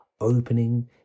Opening